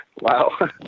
Wow